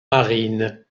marine